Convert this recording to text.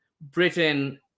Britain